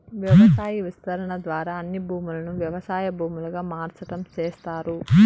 వ్యవసాయ విస్తరణ ద్వారా అన్ని భూములను వ్యవసాయ భూములుగా మార్సటం చేస్తారు